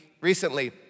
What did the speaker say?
recently